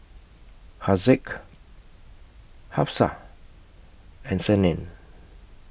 Haziq Hafsa and Senin